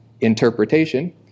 interpretation